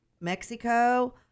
mexico